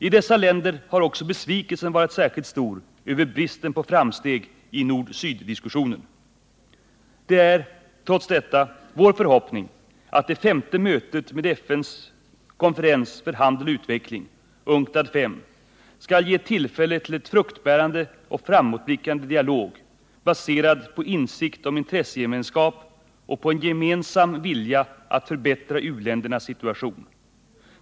I dessa länder har också besvikelsen varit särskilt stor över bristen på framsteg i nord Det är trots detta vår förhoppning att det femte mötet med FN:s konferens för handel och utveckling - UNCTAD V - skall ge tillfälle till en fruktbärande och framåtblickande dialog baserad på insikt om intressegemenskap och på en gemensam vilja att förbättra u-ländernas situation.